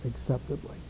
acceptably